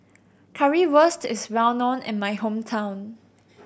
currywurst is well known in my hometown